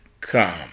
come